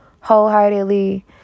wholeheartedly